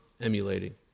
emulating